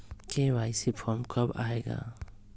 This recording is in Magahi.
के.वाई.सी फॉर्म कब आए गा?